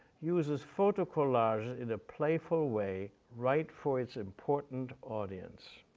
uses photo collages in a playful way right for its important audience.